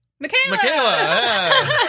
Michaela